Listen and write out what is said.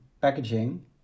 packaging